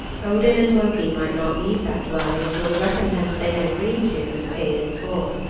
odin and loki might not leave that dwelling until the recompense they had agreed to was paid in full.